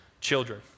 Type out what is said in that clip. children